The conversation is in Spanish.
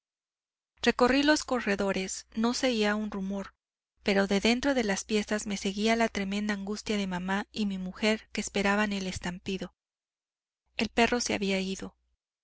recorrí los corredores no se oía un rumor pero de dentro de las piezas me seguía la tremenda angustia de mamá y mi mujer que esperaban el estampido el perro se había ido